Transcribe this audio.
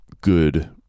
good